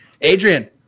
Adrian